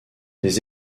des